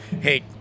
hey